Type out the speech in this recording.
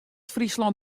fryslân